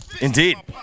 Indeed